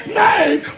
name